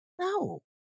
No